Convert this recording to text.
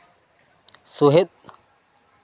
ᱥᱚᱦᱮᱫ